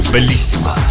Bellissima